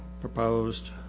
proposed